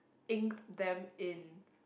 ink them in